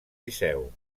liceu